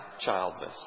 childless